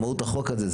מהות החוק הזה,